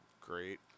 Great